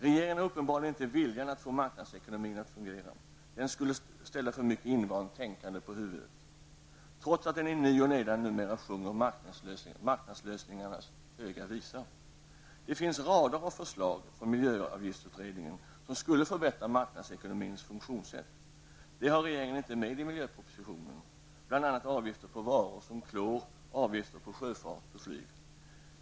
Regeringen har uppenbarligen inte viljan att få marknadsekonomin att fungera. Det skulle ställa för mycket invant tänkande på huvudet, trots att den i ny och nedan numera sjunger marknadslösningarnas höga visa. Det finns rader av förslag från miljöavgiftsutredningen som skulle förbättra marknadsekonomins funktionssätt. Dem har regeringen inte med i miljöpropositionen, bl.a. avgifter på varor som klor, avgifter för sjöfart och flyg.